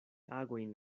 agojn